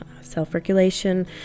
self-regulation